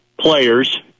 players